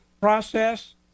process